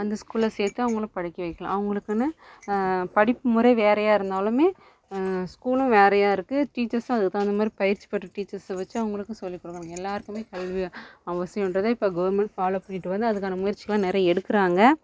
அந்த ஸ்கூலில் சேர்த்து அவங்கள படிக்க வைக்கலாம் அவங்களுக்குன்னு படிப்பு முறை வேறையா இருந்தாலுமே ஸ்கூலும் வேறையா இருக்குது டீச்சர்ஸும் அதுக்கு தகுந்த மாதிரி பயிற்சி பெற்ற டீச்சர்ஸை வெச்சு அவங்களுக்கும் சொல்லி கொடுக்குறாங்க எல்லாருக்குமே கல்வி அவசியோன்றதை இப்போ கவுர்மண்ட் ஃபாலோவ் பண்ணிட்டு வந்து அதுக்கான முயற்சிகளெலாம் நிறைய எடுக்கிறாங்க